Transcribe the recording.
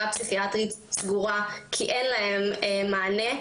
פסיכיאטרית סגורה כי אין להם מענה,